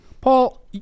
Paul